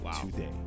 today